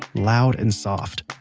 loud and soft.